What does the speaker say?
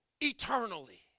eternally